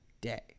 day